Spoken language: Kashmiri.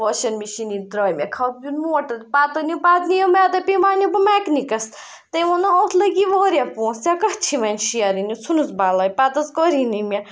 واشنٛگ مِشیٖنٕے درٛاے مےٚ موٹَر پَتہٕ أنِم پَتہٕ نِیَم مےٚ دَپے وَۄنۍ نِم بہٕ میٚکنِکَس تٔمۍ ووٚنَم اَتھ لٔگی واریاہ پونٛسہٕ ژےٚ کَتھ چھی وۄنۍ شیرٕنۍ یہِ ژھٕنُس بَلاے پَتہٕ حظ کٔری نہٕ مےٚ